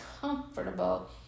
comfortable